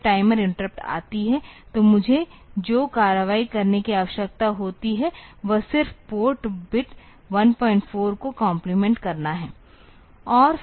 जब timer interrupt आती है तो मुझे जो कार्रवाई करने की आवश्यकता होती है वह सिर्फ पोर्ट बिट 14 को कॉम्प्लीमेंट करना है